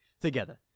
together